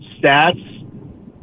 stats